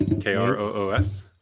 K-R-O-O-S